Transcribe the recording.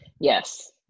Yes